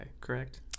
correct